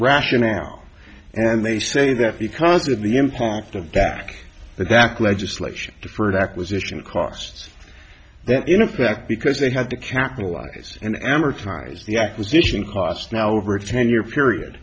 rationale and they say that because of the impact of back the back legislation deferred acquisition costs that in effect because they had to capitalize and amortize the acquisition costs now over a ten year period